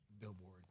billboard